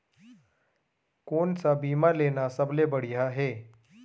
कोन स बीमा लेना सबले बढ़िया हे?